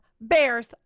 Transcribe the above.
bears